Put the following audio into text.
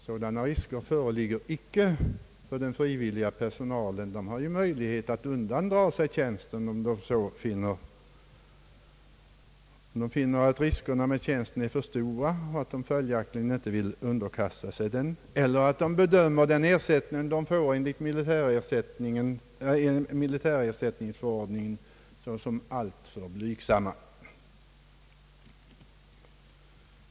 Sådana risker föreligger inte för den frivilliga personalen som ju har möjlighet att undandra sig tjänsten om man bedömer riskerna vara för stora och man följaktligen inte vill underkasta sig denna tjänstgöring. Ett annat motiv för ett sådant handlingssätt kan vara att man bedömer ersättningen enligt militärersättningsförordningen som alltför blygsam.